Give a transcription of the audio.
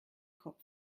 kopf